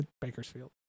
Bakersfield